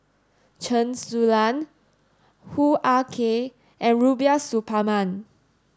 Chen Su Lan Hoo Ah Kay and Rubiah Suparman